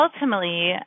ultimately